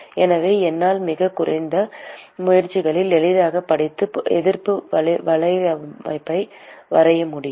எனவே என்னால் மிகக் குறைந்த முயற்சியில் எளிதாகப் படித்து எதிர்ப்பு வலையமைப்பை வரைய முடியும்